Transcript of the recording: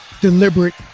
deliberate